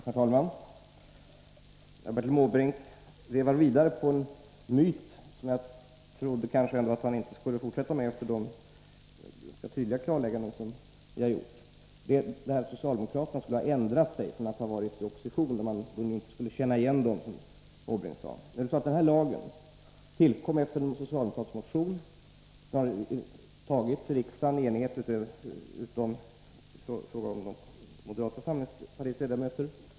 Herr talman! Bertil Måbrink vevar vidare på en mytbildning som jag trodde att han inte skulle fortsätta med efter de ganska tydliga klarlägganden som vi har gjort. Den går ut på att socialdemokraterna skulle ha ändrat sig sedan de var i opposition, så att man inte skulle känna igen dem, som Måbrink sade. Lagen tillkom efter det att en socialdemokratisk motion hade antagits av en utom i vad avser moderata samlingspartiets ledamöter enig riksdag.